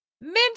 mint